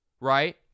Right